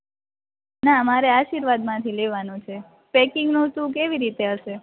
ના મારે આર્શિવાદ લેવાનોમાંથી છે પેકિંગ નો વસ્તુ કેવી રીતે હસે